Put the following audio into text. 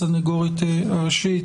הסנגורית הראשית,